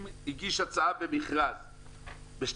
אם הוא הגיש הצעה במכרז ב-2%,